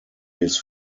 his